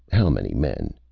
how many men?